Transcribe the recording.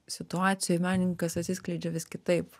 situacijoj menininkas atsiskleidžia vis kitaip